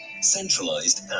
centralized